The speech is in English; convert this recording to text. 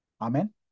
Amen